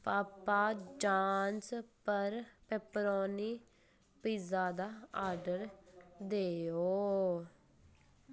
पापा John's पर pepperoni pizza दा order देओ